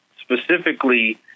specifically